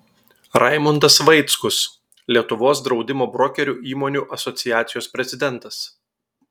raimundas vaickus lietuvos draudimo brokerių įmonių asociacijos prezidentas